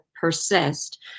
persist